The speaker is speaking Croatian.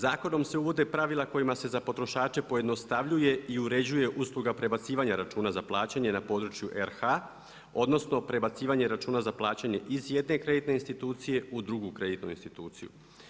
Zakonom se uvode pravila kojima se za potrošače pojednostavljuje i uređuje usluga prebacivanja računa za plaćanje na području RH odnosno prebacivanje računa za plaćanje iz jedne kreditne institucije u drugu kreditnu instituciju.